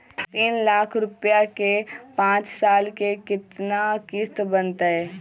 तीन लाख रुपया के पाँच साल के केतना किस्त बनतै?